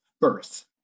birth